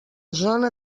zona